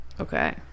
Okay